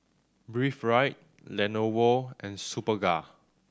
Breathe Right Lenovo and Superga